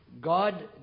God